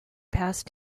past